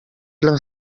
les